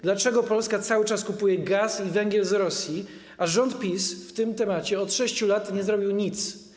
Dlaczego Polska cały czas kupuje gaz i węgiel z Rosji, a rząd PiS w tej sprawie od 6 lat nie zrobił nic?